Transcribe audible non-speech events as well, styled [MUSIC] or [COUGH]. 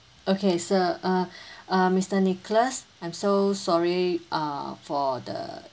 okay sir err [BREATH] uh mister nicholas I'm so sorry err for the